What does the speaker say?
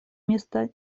места